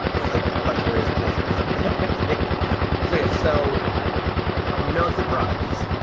like, vicarious pleasure. i think so, yeah. so no surprise.